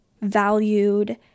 valued